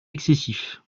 excessif